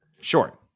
Sure